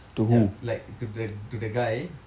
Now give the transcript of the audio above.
ya like to the to the guy